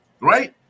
right